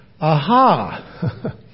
Aha